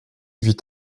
vit